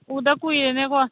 ꯎꯗ ꯀꯨꯏꯔꯦꯅꯦꯀꯣ